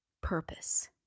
purpose